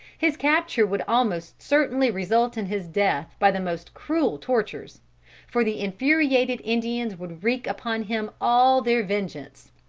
his capture would almost certainly result in his death by the most cruel tortures for the infuriated indians would wreak upon him all their vengeance.